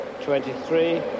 Twenty-three